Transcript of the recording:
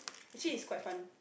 actually is quite fun